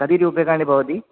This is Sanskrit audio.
कति रूप्यकाणि भवति